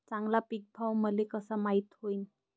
चांगला पीक भाव मले कसा माइत होईन?